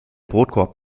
brotkorb